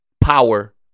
power